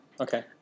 Okay